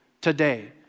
today